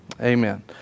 Amen